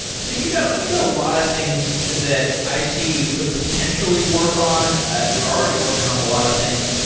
so you got you got a lot of things that i see you could potentially work on. ah you're already working on a lot of things.